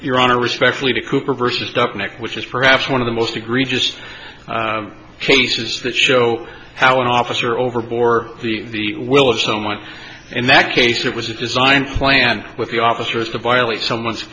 your honor respectfully to cooper versus dubnyk which is perhaps one of the most egregious cases that show how an officer over bore the will of someone in that case it was designed planned with the officers to violate someone's